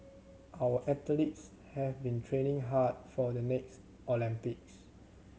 our athletes have been training hard for the next Olympics